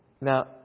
Now